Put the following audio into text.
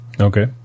Okay